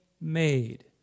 made